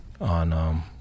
on